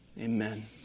amen